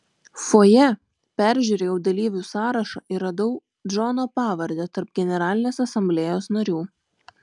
fojė peržiūrėjau dalyvių sąrašą ir radau džono pavardę tarp generalinės asamblėjos narių